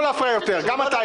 לא להפריע לדיונים.